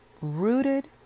rooted